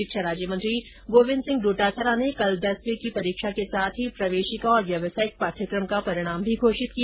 शिक्षा राज्यमंत्री गोविन्द सिंह डोटासरा ने कल दसवीं की परीक्षा के साथ ही प्रवेशिका और व्यावसायिक पाठ्यक्रम का परिणाम भी घोषित किया